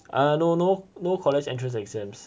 ah no no no college entrance exams